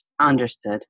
Understood